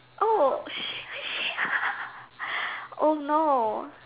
oh she she oh no